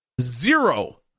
zero